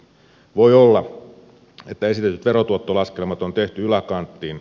voi olla että esitetyt verotuottolaskelmat on tehty yläkanttiin